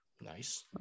nice